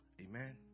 Amen